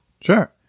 Sure